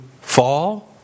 fall